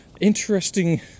interesting